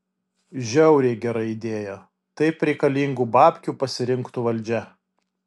žiauriai gera idėja taip reikalingų babkių pasirinktų valdžia